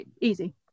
easy